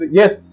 yes